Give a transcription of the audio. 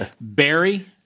Barry